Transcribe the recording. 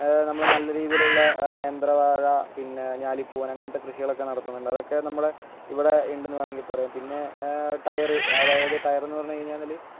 നമ്മൾ നല്ല രീതിയിലുള്ള നേന്ത്രവാഴ പിന്നെ ഞാലിപൂവൻ അങ്ങനത്തെ കൃഷികളൊക്കെ നടത്തുന്നുണ്ട് അതൊക്കെ നമ്മുടെ ഇവിടെ ഉണ്ടെന്ന് വേണമെങ്കിൽ പറയാം പിന്നെ ടയർ അതായത് ടയർ എന്ന് പറഞ്ഞു കഴിഞ്ഞാൽ